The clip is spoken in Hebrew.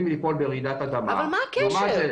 ליפול ברעידת אדמה --- מה הקשר?